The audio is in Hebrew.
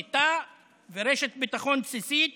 מיטה ורשת ביטחון בסיסית